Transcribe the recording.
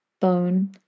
bone